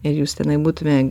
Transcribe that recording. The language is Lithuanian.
ir jūs tenai būtume